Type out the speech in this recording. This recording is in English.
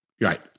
Right